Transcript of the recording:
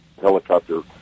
helicopter